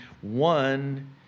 one